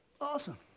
Awesome